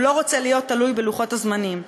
הוא לא רוצה להיות תלוי בלוחות הזמנים.